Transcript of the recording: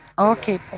okay